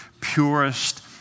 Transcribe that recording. purest